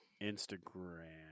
Instagram